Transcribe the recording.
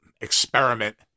experiment